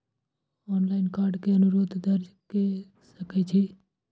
Online card के अनुरोध दर्ज के सकै छियै?